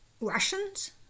Russians